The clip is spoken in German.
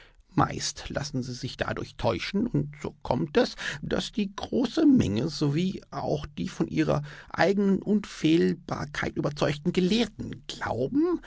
meist lassen sie sich dadurch täuschen und so kommt es daß die große menge sowie auch die von ihrer eigenen unfehlbarkeit überzeugten gelehrten glauben